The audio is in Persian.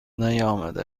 نیامده